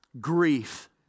grief